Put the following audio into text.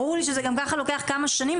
ברור לי שזה גם כך לוקח כמה שנים,